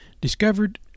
discovered